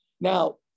Now